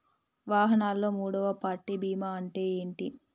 వాహనాల్లో మూడవ పార్టీ బీమా అంటే ఏంటి?